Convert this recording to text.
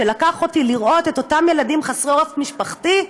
שלקח אותי לראות את אותם ילדים חסרי עורף משפחתי,